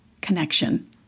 connection